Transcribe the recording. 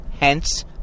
Hence